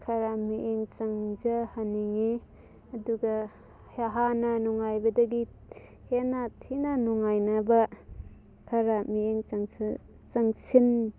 ꯈꯔ ꯃꯤꯠꯌꯦꯡ ꯆꯪꯖꯍꯟꯅꯤꯡꯉꯤ ꯑꯗꯨꯒ ꯍꯥꯟꯅ ꯅꯨꯉꯉꯥꯏꯕꯗꯒꯤ ꯍꯦꯟꯅ ꯊꯤꯅ ꯅꯨꯡꯉꯥꯏꯅꯕ ꯈꯔ ꯃꯤꯠꯌꯦꯡ ꯆꯪꯖ ꯆꯪꯁꯤꯟ